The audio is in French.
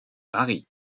paris